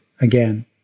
again